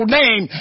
name